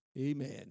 Amen